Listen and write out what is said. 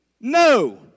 No